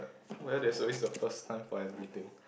well there's always a first time for everything